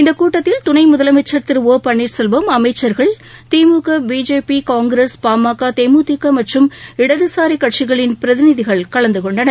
இந்த கூட்டத்தில் துணை முதலமைச்சர் திரு ஓ பன்னீர்செல்வம் அமைச்சர்கள் திமுக பிஜேபி காங்கிரஸ்பாமக தேமுதிக மற்றும் இடதுசாரி கட்சிகளின் பிரதிநிதிகள் கலந்தகொண்டனர்